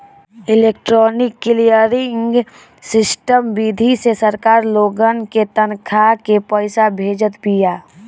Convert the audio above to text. electronic clearing system विधि से सरकार लोगन के तनखा के पईसा भेजत बिया